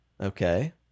Okay